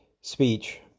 speech